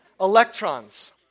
electrons